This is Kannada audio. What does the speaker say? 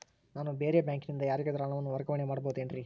ನಾನು ಬೇರೆ ಬ್ಯಾಂಕಿನಿಂದ ಯಾರಿಗಾದರೂ ಹಣವನ್ನು ವರ್ಗಾವಣೆ ಮಾಡಬಹುದೇನ್ರಿ?